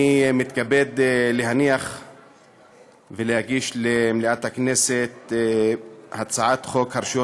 אני מתכבד להניח ולהגיש למליאת הכנסת את הצעת חוק הרשויות